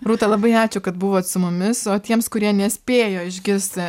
rūta labai ačiū kad buvot su mumis o tiems kurie nespėjo išgirsti